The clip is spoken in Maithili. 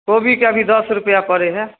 कोबीके अभी दस रुपैआ पड़ै हइ